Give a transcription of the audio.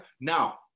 Now